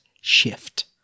shift